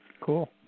Cool